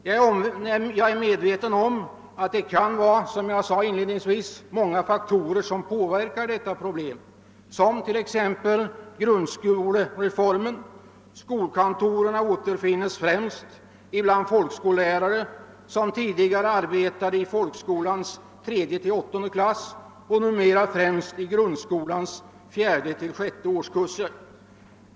Jag är medveten om, som jag inledningsvis sade, att det kan vara många faktorer som påverkar detta problem, t.ex. grundskolereformen. Skolkantorerna återfinns främst bland folkskollärare som tidigare arbetade i folkskolans tredje—åttonde klasser och numera främst verkar i grundskolans fjärde— sjätte årskurser.